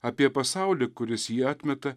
apie pasaulį kuris jį atmeta